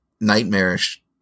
nightmarish